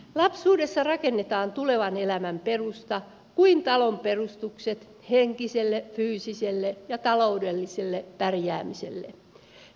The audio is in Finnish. lapsuudessa rakennetaan tulevan elämän perusta kuin talon perustukset henkiselle fyysiselle ja taloudelliselle pärjäämiselle